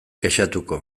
kexatuko